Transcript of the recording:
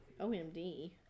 OMD